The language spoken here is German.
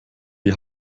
die